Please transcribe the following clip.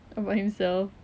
about himself